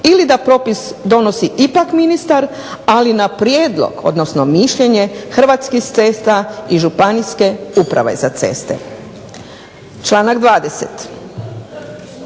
ili da propis donosi ipak ministar, ali na prijedlog, odnosno mišljenje Hrvatskih cesta i županijske uprave za ceste. Članak 20.,